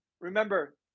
remember